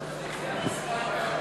ש"ס, קבוצת סיעת יהדות התורה